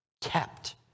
Kept